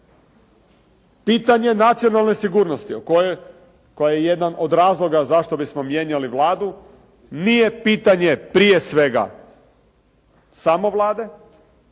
Pitanje nacionalne sigurnosti o kojoj, koja je jedan od razloga zašto bismo mijenjali Vladu nije pitanje prije svega samo Vlade,